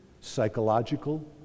psychological